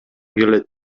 келет